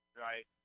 Right